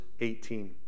18